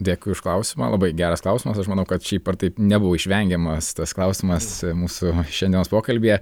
dėkui už klausimą labai geras klausimas aš manau kad šiaip ar taip nebuvo išvengiamas tas klausimas mūsų šiandienos pokalbyje